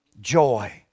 Joy